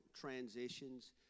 transitions